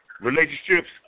relationships